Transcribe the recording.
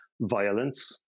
violence